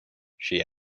she